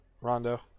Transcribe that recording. Rondo